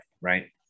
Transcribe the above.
right